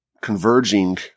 converging